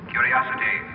Curiosity